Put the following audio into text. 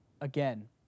again